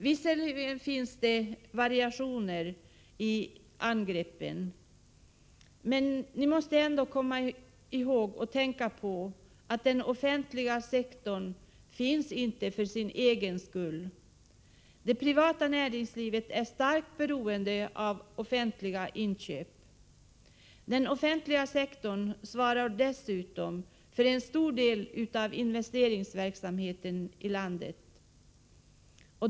Visserligen finns det variationer i angreppen, men ni måste ändå komma ihåg och tänka på att den offentliga sektorn inte finns för sin egen skull. Det privata näringslivet är starkt beroende av offentliga inköp. Den offentliga sektorn svarar dessutom för en stor del av investeringsverksamheten i landet.